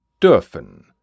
dürfen